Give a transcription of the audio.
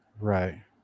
Right